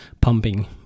pumping